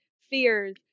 fears